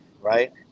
right